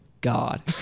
God